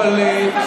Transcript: התקבלה.